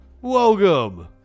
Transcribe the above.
Welcome